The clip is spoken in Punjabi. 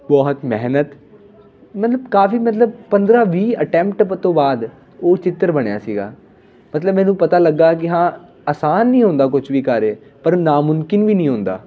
ਬਹੁਤ ਮਿਹਨਤ ਮਤਲਬ ਕਾਫ਼ੀ ਮਤਲਬ ਪੰਦਰਾਂ ਵੀਹ ਅਟੈਮਪਟ ਤੋਂ ਬਾਅਦ ਉਹ ਚਿੱਤਰ ਬਣਿਆ ਸੀਗਾ ਮਤਲਬ ਮੈਨੂੰ ਪਤਾ ਲੱਗਿਆ ਕਿ ਹਾਂ ਆਸਾਨ ਨਹੀਂ ਹੁੰਦਾ ਕੁਛ ਵੀ ਕਰ ਪਰ ਨਾਮੁਮਕਿਨ ਵੀ ਨਹੀਂ ਹੁੰਦਾ